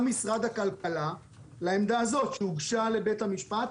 גם משרד הכלכלה על העמדה הזאת שהוגשה לבית המשפט,